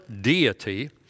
deity